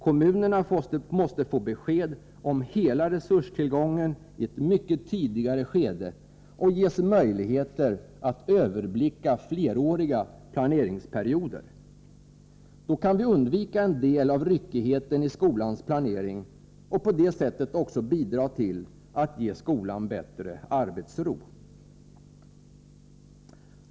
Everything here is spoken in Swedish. Kommunerna måste få besked om hela resurstillgången i ett mycket tidigare skede och ges möjligheter att överblicka fleråriga planeringsperioder. Då kan vi undvika en del av ryckigheten i skolans planering och på det sättet också bidra till att ge skolan bättre arbetsro.